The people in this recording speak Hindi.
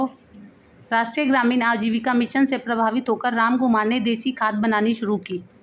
राष्ट्रीय ग्रामीण आजीविका मिशन से प्रभावित होकर रामकुमार ने देसी खाद बनानी शुरू की